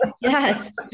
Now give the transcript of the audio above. Yes